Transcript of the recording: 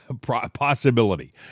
possibility